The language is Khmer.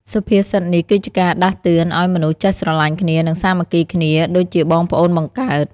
សុភាសិតនេះគឺជាការដាស់តឿនឱ្យមនុស្សចេះស្រឡាញ់គ្នា និងសាមគ្គីគ្នាដូចជាបងប្អូនបង្កើត។